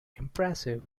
impressive